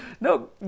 No